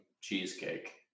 cheesecake